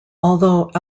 although